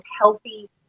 healthy